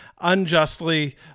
unjustly